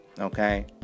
Okay